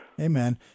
Amen